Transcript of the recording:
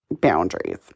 boundaries